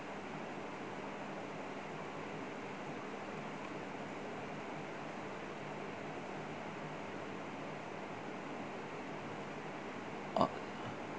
oh